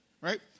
right